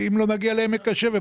אם לא נגיע לעמק השווה,